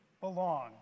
belong